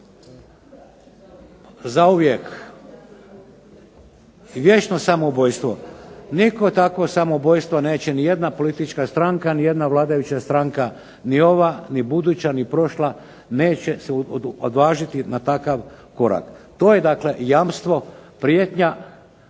zauvijek i vječno samoubojstvo. Nitko takvo samoubojstvo, neće ni jedna politička stranka, ni jedna vladajuća stranka, ni ova ni buduća ni prošla neće se odvažiti na takav korak. To je dakle jamstvo prijetnja